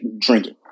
drinking